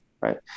Right